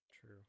True